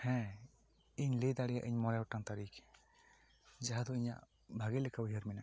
ᱦᱮᱸ ᱤᱧ ᱞᱟᱹᱭ ᱫᱟᱲᱮᱭᱟᱜᱧ ᱢᱚᱬᱮ ᱜᱚᱴᱟᱝ ᱛᱟᱨᱤᱠᱷ ᱡᱟᱦᱟᱸ ᱫᱚ ᱤᱧᱟ ᱜ ᱵᱷᱟᱜᱮ ᱞᱮᱠᱟ ᱩᱭᱦᱟᱹᱨ ᱢᱮᱱᱟᱜᱼᱟ